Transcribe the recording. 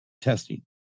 testing